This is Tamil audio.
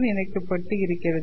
நினைக்க பட்டு இருக்கிறது